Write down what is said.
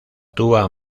tuba